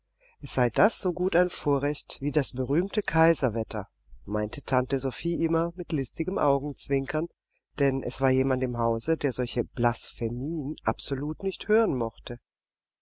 es sei das so gut ein vorrecht wie das berühmte kaiserwetter meinte tante sophie immer mit listigem augenzwinkern denn es war jemand im hause der solche blasphemien absolut nicht hören mochte